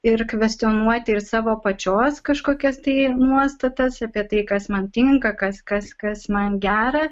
ir kvestionuoti ir savo pačios kažkokias tai nuostatas apie tai kas man tinka kas kas kas man gera